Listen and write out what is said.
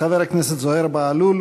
חבר הכנסת זוהיר בהלול,